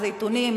איזה עיתונים,